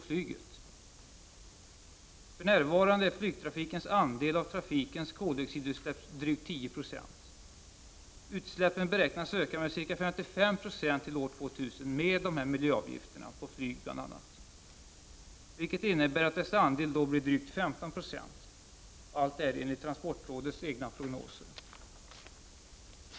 För närvarande är flygtrafikens andel av trafikens koldioxidutsläpp drygt 10 96. Utsläppen beräknas öka med ca 55 9 till år 2000, med miljöavgifterna på bl.a. flyg, vilket innebär att dess andel då blir drygt 15 96 — allt detta enligt transportrådets egna prognoser.